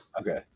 okay